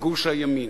בגוש הימין.